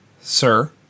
sir